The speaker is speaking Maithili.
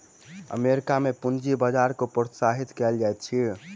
अमेरिका में पूंजी बजार के प्रोत्साहित कयल जाइत अछि